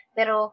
Pero